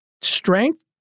Strength